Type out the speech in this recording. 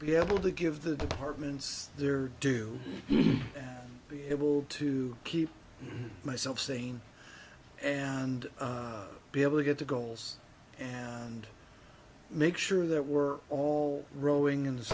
be able to give the departments their due and be able to keep myself sane and be able to get the goals and make sure that we're all rowing